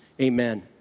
amen